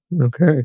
Okay